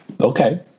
Okay